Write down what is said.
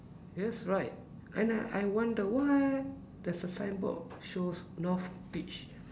yes right and I I wonder why there's a signboard shows North beach